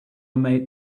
made